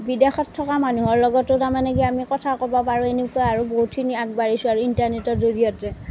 বিদেশত থকা মানুহৰ লগতো তাৰমানে কি আমি কথা ক'ব পাৰোঁ এনেকুৱা আৰু বহুতখিনি আগবাঢ়িছোঁ আৰু ইণ্টাৰনেটৰ জৰিয়তে